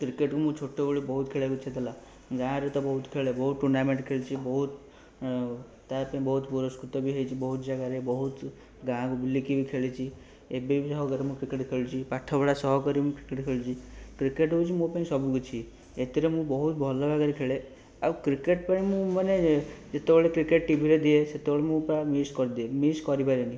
cricket ମୁଁ ଛୋଟବେଳେ ବହୁତ ଖେଳିଆକୁ ଇଚ୍ଛା ଥିଲା ଗାଁରେ ତ ବହୁତ ଖେଳେ ବହୁତ ଟୁର୍ଣ୍ଣାମେଣ୍ଟ ଖେଳିଛି ବହୁତ ତା ପାଇଁ ବହୁତ ପୁରସ୍କୃତ ବି ହେଇଛି ବହୁତ ଜାଗାରେ ବହୁତ ଗାଁକୁ ବୁଲିକି ବି ଖେଳିଛି ଏବେବି ସହକାରେ ମୁଁ କ୍ରିକେଟ୍ ଖେଳିଛି ପାଠପଢ଼ା ସହକାରେ ବି ମୁଁ କ୍ରିକେଟ୍ ଖେଳିଛି କ୍ରିକେଟ୍ ହେଉଛି ମୋ ପାଇଁ ସବୁ କିଛି ଏଥିରେ ମୁଁ ବହୁତ ଭଲଭାବରେ ଖେଳେ ଆଉ କ୍ରିକେଟ୍ ପାଇଁ ମୁଁ ମାନେ ଯେତେବେଳେ କ୍ରିକେଟ୍ ଟିଭିରେ ଦିଏ ସେତେବେଳେ ମୁଁ ପ୍ରାୟ ମିସ୍ କରିଦିଏ ମିସ୍ କରିପାରେନି